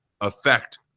affect